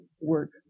work